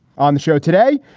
on the show today,